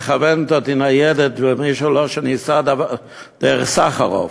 מכוונת אותי ניידת שאני אסע דרך סחרוב.